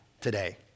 today